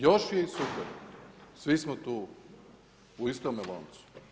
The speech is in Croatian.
Još je i super, svi smo tu u istome loncu.